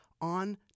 on